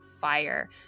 fire